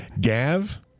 Gav